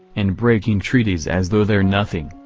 and breaking treaties as though they're nothing,